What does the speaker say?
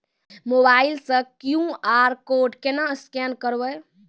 Mobile से QR code केना scan करबै?